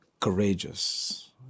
courageous